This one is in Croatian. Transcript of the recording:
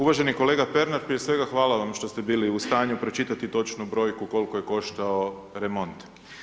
Uvaženi kolega Pernar, prije svega hvala vam što ste bili u stanju pročitati točnu brojku koliko je koštao remont.